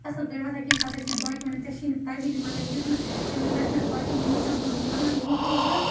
اصٕل پٲٹھۍ وۅتھان کِہیٖنٛۍ پَتہٕ ٲسۍ مےٚ باقٕے وَنان ژےٚ چھِی نہٕ تَگانٕے مگر ییٚمہِ پیٚٹھ ییٚمہِ پیٚٹھٕ مےٚ باقٕیَن یوٗ ٹیٛوبرَن مطلب یوٗٹیٛوبرَن